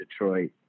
Detroit